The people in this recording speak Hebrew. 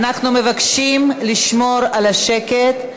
אנחנו מבקשים לשמור על השקט,